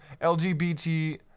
LGBT